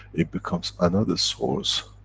it becomes another source,